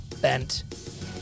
bent